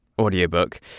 audiobook